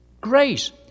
grace